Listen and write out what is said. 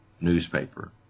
newspaper